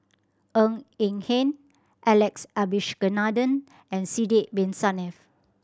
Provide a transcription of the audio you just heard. Ng Eng Hen Alex Abisheganaden and Sidek Bin Saniff